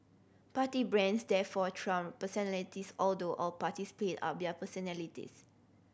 party brands therefore trumped personalities although all parties played up their personalities